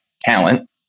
talent